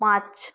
পাঁচ